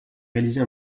réaliser